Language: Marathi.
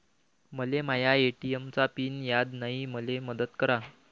मले माया ए.टी.एम चा पिन याद नायी, मले मदत करा